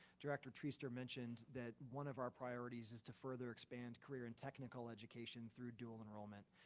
director treaster mentioned that one of our priorities is to further expand career and technical education through dual enrollment.